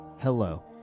Hello